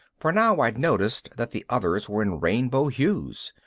for now i'd noticed that the others were in rainbow hues,